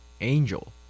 Angel